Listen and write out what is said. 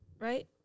right